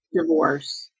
divorce